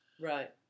Right